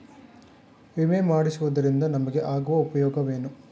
ವಿಮೆ ಮಾಡಿಸುವುದರಿಂದ ನಮಗೆ ಆಗುವ ಉಪಯೋಗವೇನು?